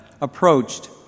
approached